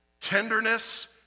Tenderness